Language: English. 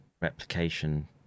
replication